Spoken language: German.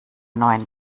neuen